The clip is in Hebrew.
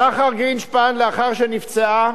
שחר גרינשפן, לאחר שנפצעה,